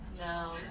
No